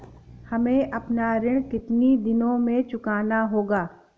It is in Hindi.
हमें अपना ऋण कितनी दिनों में चुकाना होगा?